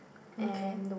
okay